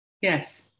Yes